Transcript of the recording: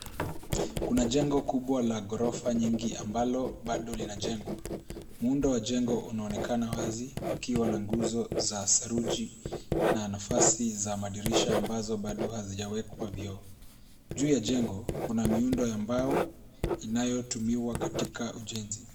Kuna jengo kubwa la ghorofa nyingi ambalo bado linajengwa. Muundo wa jengo unaonekana wazi ukiwa na nguzo za saruji na anafasi za madirisha ambazo bado hazijawekwa vioo. Juu ya jengo kuna miundo ya mbao inayotumiwa katika ujenzi.